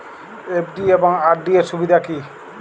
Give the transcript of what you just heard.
FD এবং RD এর সুবিধা কী?